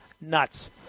nuts